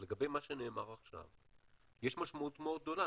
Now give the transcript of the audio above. אבל לגבי מה שנאמר עכשיו יש משמעות מאוד גדולה,